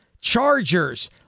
Chargers